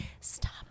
stop